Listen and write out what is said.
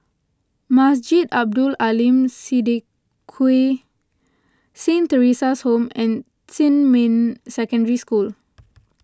Masjid Abdul Aleem Siddique Saint theresa's Home and Xinmin Secondary School